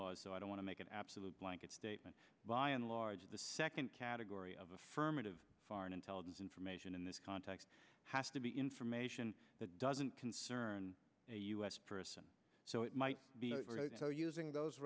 laws so i don't want to make an absolute blanket statement by and large the second category of affirmative foreign intelligence information in this context has to be information that doesn't concern a u s person so it might be using those